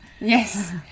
Yes